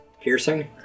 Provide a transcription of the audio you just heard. piercing